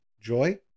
joy